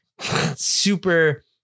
super